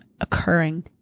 occurring